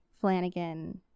Flanagan